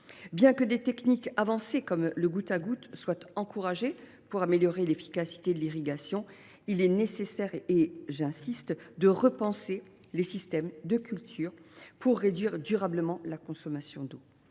Bien que des techniques avancées comme le goutte à goutte soient encouragées pour améliorer l’efficacité de l’irrigation, il est nécessaire – j’insiste sur ce point – de repenser les systèmes de culture pour réduire durablement la consommation d’eau.